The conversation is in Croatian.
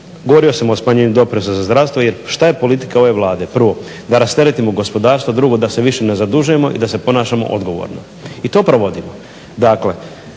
govorio sam o smanjenju doprinosa za zdravstvo. Jer šta je politika ove Vlade, prvo da rasteretimo gospodarstvo, drugo da se više ne zadužujemo i da se ponašamo odgovorno i to provodimo.